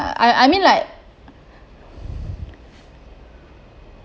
I I mean like